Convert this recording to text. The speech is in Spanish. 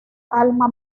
alma